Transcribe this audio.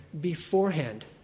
beforehand